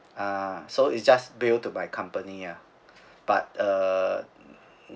ah so it's just bill to my company ah but err